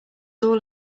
all